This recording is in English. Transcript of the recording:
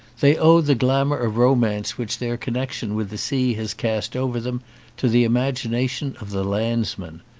they owe the glamour of romance which their connection with the sea has cast over them to the imagination of the landsman.